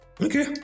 Okay